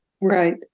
Right